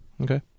okay